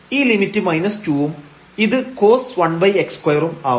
ഈ ലിമിറ്റ് 2 ഉം ഇത് cos⁡1x2 ആവും